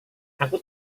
aku